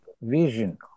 vision